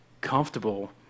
comfortable